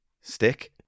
Stick